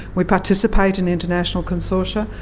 we participate in international consortia.